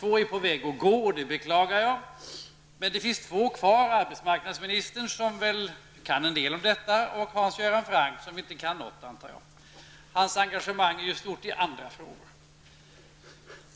Två är på väg att gå, och det beklagar jag, men det finns två kvar, nämligen arbetsmarknadsministern, som väl kan en del om detta, och Hans Göran Franck, som inte kan något, antar jag. Hans engagemang är ju stort i andra frågor.